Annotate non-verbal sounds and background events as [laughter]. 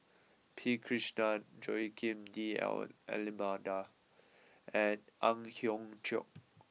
P Krishnan Joaquim D' [hesitation] Almeida and Ang Hiong Chiok